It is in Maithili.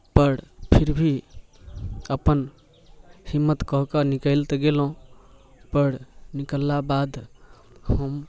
पर फिर भी अपन हिम्मत कऽ के निकलि तऽ गेलहुँ पर निकलला बाद हम